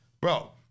bro